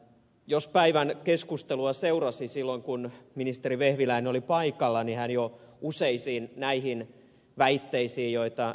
jos päivän keskustelua seurasi silloin kun ministeri vehviläinen oli paikalla niin hän jo useisiin näihin väitteisiin joita ed